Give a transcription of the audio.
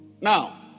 Now